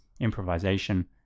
improvisation